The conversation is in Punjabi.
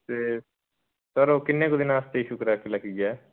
ਅਤੇ ਸਰ ਉਹ ਕਿੰਨੇ ਕੁ ਦਿਨ ਵਾਸਤੇ ਇਸ਼ੂ ਕਰਾ ਕੇ ਲੈ ਕੇ ਗਿਆ